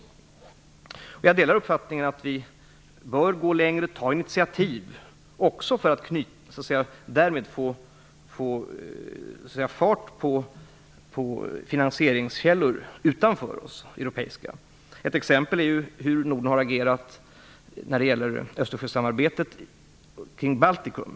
Jag delar Olof Johanssons uppfattning att Sverige bör gå längre och ta initiativ för att få fart på europeiska finansieringskällor utanför Sverige. Ett exempel på hur Norden agerat är Östersjösamarbetet kring Baltikum.